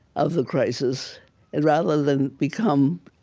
of the crisis rather than become